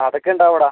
അതൊക്കെ ഉണ്ടാകുമെടാ